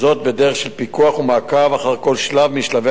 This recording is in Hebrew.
בדרך של פיקוח ומעקב אחר כל שלב משלבי